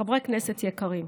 חברי כנסת יקרים,